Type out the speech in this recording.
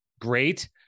great